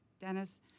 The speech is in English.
Dennis